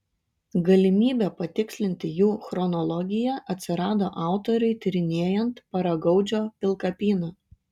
galimybė patikslinti jų chronologiją atsirado autoriui tyrinėjant paragaudžio pilkapyną